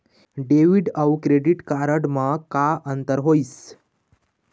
Debit अऊ credit card म का अंतर होइस?